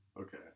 okay